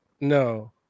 No